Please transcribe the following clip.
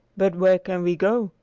but where can we go?